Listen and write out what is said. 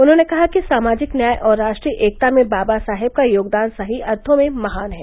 उन्होंने कहा कि सामाजिक न्याय और राष्ट्रीय एकता में बाबा साहेब का योगदान सही अर्थों में महान है